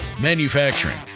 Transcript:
Manufacturing